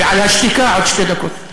ועל השתיקה עוד שתי דקות.